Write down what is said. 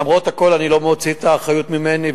למרות הכול אני לא מוציא את האחריות ממני,